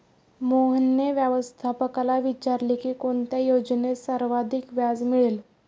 मोहनने व्यवस्थापकाला विचारले की कोणत्या योजनेत सर्वाधिक व्याज मिळेल?